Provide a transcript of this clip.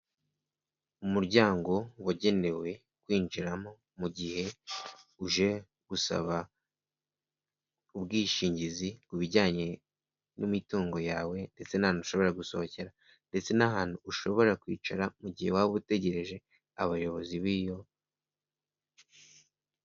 Umuryango wagenewe kwinjiramo mu gihe uje gusaba ubwishingizi ku bijyanye n'imitungo yawe ndetse n'ahantu ushobora gusohokera, ndetse n'ahantu ushobora kwicara mu gihe waba utegereje abayobozi bayo.